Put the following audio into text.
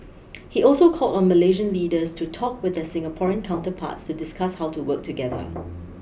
he also called on Malaysian leaders to talk with their Singaporean counterparts to discuss how to work together